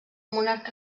monarca